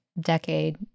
decade